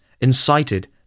incited